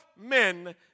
men